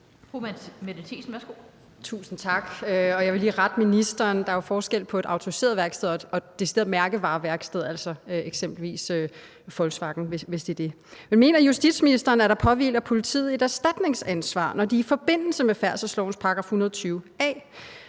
Jeg vil lige rette ministeren. Der er jo forskel på et autoriseret værksted og et decideret mærkevareværksted, eksempelvis Volkswagen, hvis det er det. Men mener justitsministeren, at der påhviler politiet et erstatningsansvar, når de i forbindelse med færdselslovens § 120